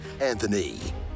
Anthony